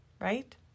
Right